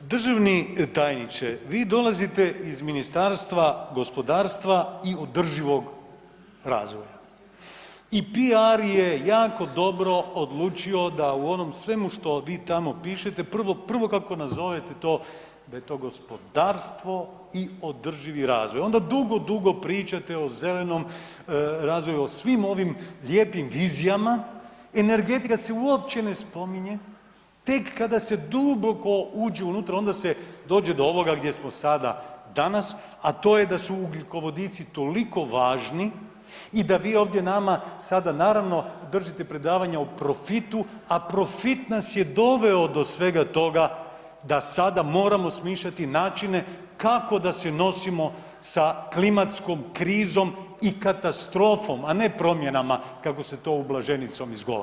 Državni tajniče vi dolazite iz Ministarstva gospodarstva i održivog razvoja i PR je jako dobro odlučio da u onom svemu što vi tamo pišete prvo kako nazovete to da je gospodarstvo i održivi razvoj onda dugo, dugo pričate o zelenom razvoju o svim ovim lijepim vizijama, energetika se uopće ne spominje, tek kada se duboko uđe unutra onda se dođe do ovoga gdje smo sada danas, a to je da su ugljikovodici toliko važni i da vi ovdje nama sada naravno držite predavanja o profitu, a profit nas je doveo do svega toga da sada moramo smišljati načine kako da se nosimo sa klimatskom krizom i katastrofom, a ne promjenama kako se to ublaženicom izgovara.